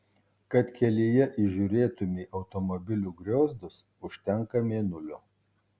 kad kelyje įžiūrėtumei automobilių griozdus užtenka mėnulio